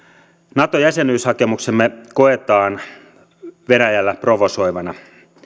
nato jäsenyyshakemuksemme koetaan venäjällä provosoivana